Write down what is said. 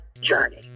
journey